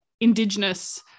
indigenous